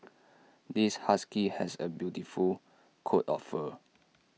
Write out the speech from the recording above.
this husky has A beautiful coat of fur